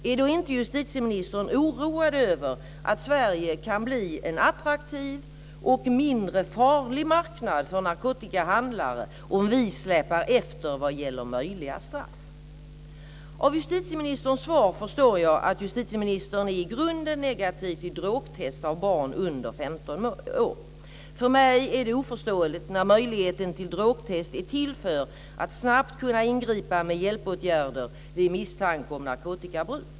Är då inte justitieministern oroad över att Sverige kan bli en attraktiv och mindre farlig marknad för narkotikahandlare om vi släpar efter vad gäller möjliga straff? Av justitieministerns svar förstår jag att justitieministern är i grunden negativ till drogtest av barn under 15 år. För mig är det oförståeligt, när möjligheten till drogtest är till för att snabbt kunna ingripa med hjälpåtgärder vid misstanke om narkotikabruk.